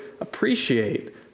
appreciate